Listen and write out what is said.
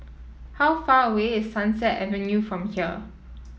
how far away is Sunset Avenue from here